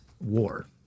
war